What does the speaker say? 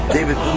David